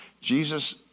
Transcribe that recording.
Jesus